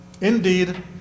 Indeed